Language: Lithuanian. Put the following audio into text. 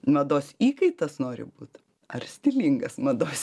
mados įkaitas nori būt ar stilingas mados